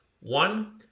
One